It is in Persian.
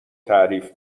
تعریف